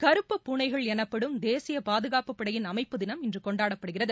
கறுப்புப் பூனைகள் எனப்படும் தேசிய பாதுகாப்புப் படையின் அமைப்பு தினம் இன்று கொண்டாடப்படுகிறது